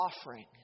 offering